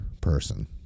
person